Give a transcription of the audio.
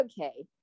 okay